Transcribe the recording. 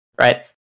right